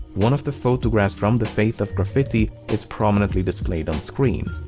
one of the photographs from the faith of graffiti is prominently displayed on screen.